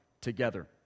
together